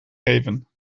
geven